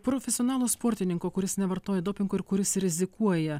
profesionalo sportininko kuris nevartoja dopingo ir kuris rizikuoja